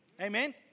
amen